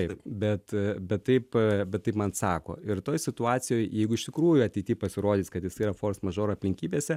ir bet bet taip bet taip man sako ir toj situacijoj jeigu iš tikrųjų ateity pasirodys kad jis yra fors mažor aplinkybėse